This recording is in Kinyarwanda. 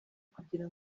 kugira